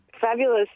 Fabulous